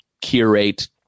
curate